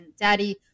daddy